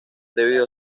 debido